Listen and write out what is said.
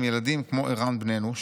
עם ילדים כמו ערן בננו,